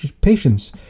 patience